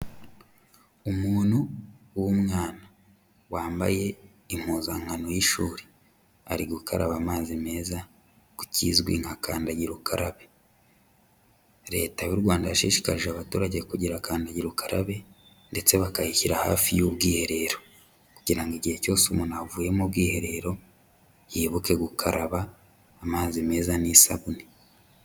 Umuntu w'umwana wambaye impuzankano y'ishuri, ari gukaraba amazi meza ku kizwi nka kandagira ukarabe. Leta y'u Rwanda yashishikarije abaturage kugira kandagira ukarabe ndetse bakayishyira hafi y'ubwiherero kugira ngo igihe cyose umuntu avuye mu bwiherero yibuke gukaraba amazi meza n'isabune.